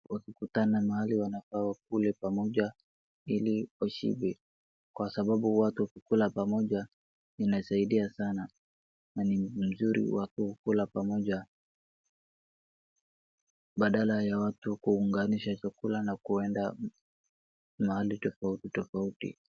Wakikutana mahali wanafaa wakule pamoja ili washibe kwa sababu watu wakikula pamoja inasaidia sana, na ni mzuri watu kukula pamoja badala ya watu kuunganisha chakula na kuenda mahali tofauti tofauti.